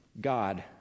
God